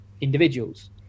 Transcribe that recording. individuals